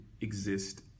exist